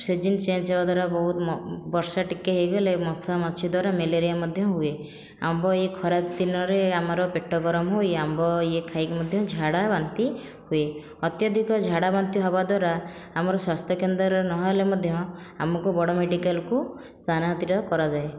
season change ହେବା ଦ୍ଵାରା ବହୁତ ବର୍ଷା ଟିକେ ହୋଇଗଲେ ମଶା ମାଛି ଦ୍ଵାରା ମ୍ୟାଲେରିଆ ମଧ୍ୟ ହୁଏ ଆମ୍ବ ଏହି ଖରା ଦିନରେ ଆମର ପେଟ ଗରମ ହୋଇ ଆମ୍ବ ଇଏ ଖାଇକି ମଧ୍ୟ ଝାଡ଼ା ବାନ୍ତି ହୁଏ ଅତ୍ୟଧିକ ଝାଡ଼ା ବାନ୍ତି ହେବା ଦ୍ଵାରା ଆମର ସ୍ୱାସ୍ଥ୍ୟ କେନ୍ଦ୍ର ନହେଲେ ମଧ୍ୟ ଆମକୁ ବଡ଼ ମେଡ଼ିକାଲକୁ ସ୍ଥାନାସ୍ତରିତ କରାଯାଏ